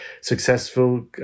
successful